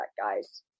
guys